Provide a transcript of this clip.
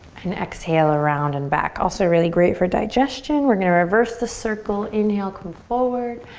and exhale, round and back. also, really great for digestion. we're gonna reverse the circle. inhale, come forward.